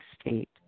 State